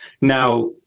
Now